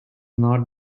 not